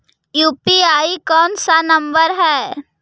UPI कोन सा नम्बर हैं?